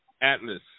atlas